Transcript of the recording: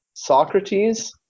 socrates